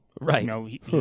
Right